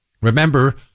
Remember